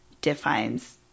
defines